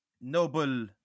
noble